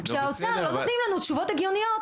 כשהאוצר לא נותנים לנו תשובות הגיוניות,